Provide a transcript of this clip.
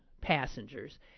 passengers